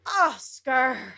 Oscar